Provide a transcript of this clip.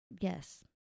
Yes